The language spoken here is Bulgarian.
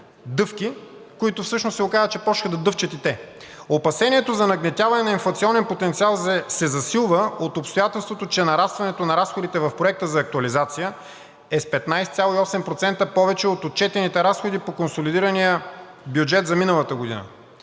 дъвки, които всъщност се оказа, че почнаха да дъвчат и те. Опасението за нагнетяване на инфлационен потенциал се засилва от обстоятелството, че нарастването на разходите в Проекта за актуализация е с 15,8% повече от отчетените разходи по консолидирания бюджет за миналата година.